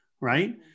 Right